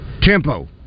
Tempo